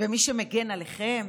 במי שמגן עליכם,